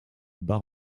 bar